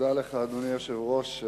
תודה לך, אדוני היושב-ראש.